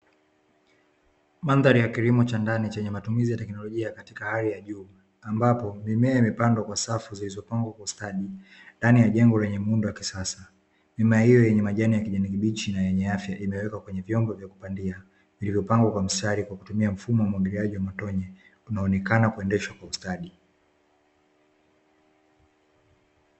Mandhari ya kilimo cha ndani chenye matumizi ya teknolojia ya hali ya juu. Ambapo mimea imepandwa kwa safu zilizopangwa kwa ustadi ndani ya jengo lenye muundo wa kisasa. Mimea hiyo yenye majani ya kijani kibichi na yenye afya, imiwekwa kwenye vyombo vya kupandia vilivyopangwa kwa mstari kwa kutumia mfumo wa umwagiliaji wa matone, unaoonekana kuendeshwa kwa ustadi.